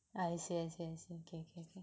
I see I see I see okay okay okay